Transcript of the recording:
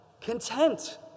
Content